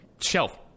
shelf